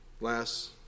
last